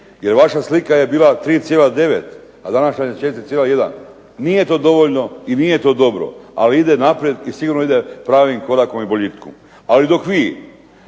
jer vaša slika je bila 3,9 a današnja je 4,1. Nije to dovoljno i nije to dobro, ali ide naprijed i sigurno ide pravim korakom i boljitkom. Ali dok vi